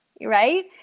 right